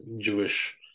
Jewish